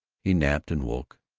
he napped and woke,